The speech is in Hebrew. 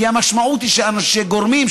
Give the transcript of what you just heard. כי המשמעות היא שהגורמים,